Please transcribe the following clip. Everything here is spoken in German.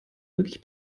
wirklich